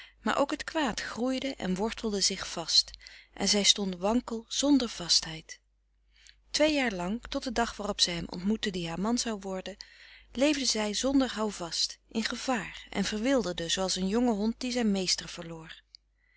maar ook het kwaad groeide en wortelde zich vast en zij stond wankel zonder vastheid twee jaren lang tot den dag waarop zij hem ontmoette die haar man zou worden leefde zij zonder hou vast in gevaar en verwilderde zooals een jonge hond die zijn meester verloor